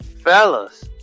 fellas